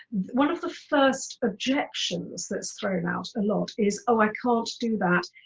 one of the first objections that's thrown out a lot is oh, i can't do that,